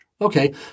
Okay